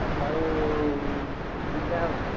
ସକାଳୁ ଟିଫିନ୍ ଦିଆହେବ